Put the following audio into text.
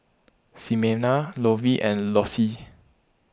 Ximena Lovey and Lossie